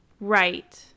Right